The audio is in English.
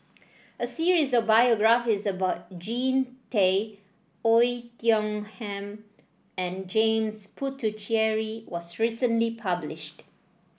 a series of biographies about Jean Tay Oei Tiong Ham and James Puthucheary was recently published